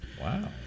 Wow